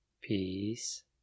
Peace